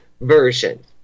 version